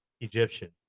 Egyptian